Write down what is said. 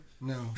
No